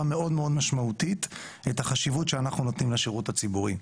מאוד משמעותית את החשיבות שאנחנו נותנים לדיור הציבורי.